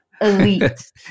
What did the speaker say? Elite